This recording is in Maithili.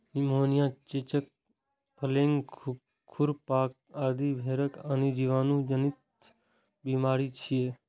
निमोनिया, चेचक, प्लेग, खुरपका आदि भेड़क आन जीवाणु जनित बीमारी छियै